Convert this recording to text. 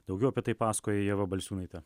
daugiau apie tai pasakoja ieva balčiūnaitė